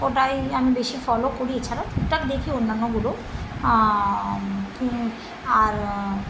ওটাই আমি বেশি ফলো করি এছাড়া টুকটাক দেখি অন্যান্যগুলো আর